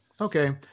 okay